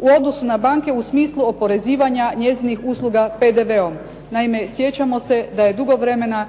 u odnosu na banke u smislu oporezivanja njezinih usluga PDV-om. Naime, sjećamo se da je dugo vremena